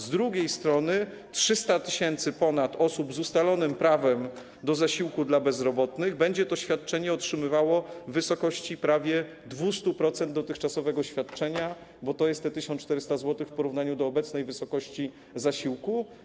Z drugiej strony ponad 300 tys. osób z ustalonym prawem do zasiłku dla bezrobotnych będzie to świadczenie otrzymywało w wysokości prawie 200% dotychczasowego świadczenia, bo to jest 1400 zł w porównaniu z obecną wysokością zasiłku.